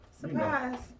Surprise